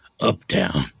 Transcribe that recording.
uptown